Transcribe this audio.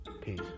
Peace